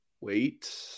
Wait